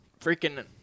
freaking